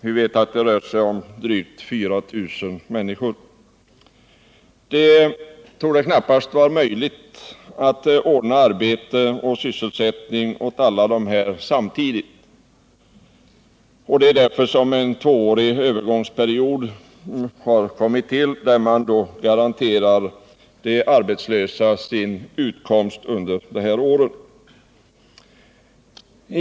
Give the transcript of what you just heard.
Vi vet att det rör sig om drygt 4 000 människor. Det torde knappast vara möjligt att ordna arbete och sysselsättning åt alla dessa samtidigt. Det är därför förslag om en tvåårig övergångsperiod har kommit till, där man garanterar de arbetslösa utkomst under dessa år.